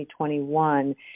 2021